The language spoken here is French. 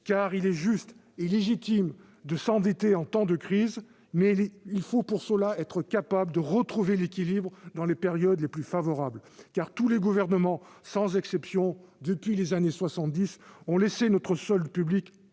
pays. Il est juste et légitime de s'endetter en temps de crise, mais il faut être capable de retrouver l'équilibre dans les périodes les plus favorables. Tous les gouvernements, sans exception, depuis les années 1970, ont laissé notre solde public